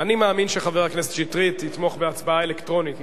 אני מאמין שחבר הכנסת שטרית יתמוך בהצבעה אלקטרונית,